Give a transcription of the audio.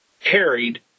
carried